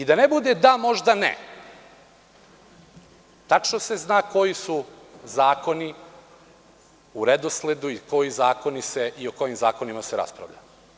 Da ne bude „da, možda ne“, tačno se zna koji su zakoni u redosledu i o kojim zakonima se raspravlja.